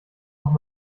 noch